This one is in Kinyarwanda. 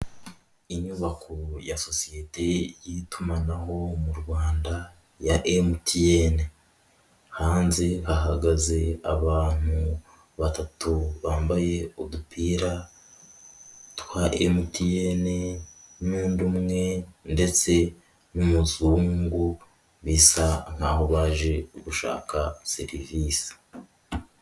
Inyubako ya sosiyete y'itumanaho mu Rwanda ya MTN, hanze hahagaze abantu batatu bambaye udupira twa MTN n'undi umwe ndetse n'umuzungu, bisa nkaho baje gushaka serivisi.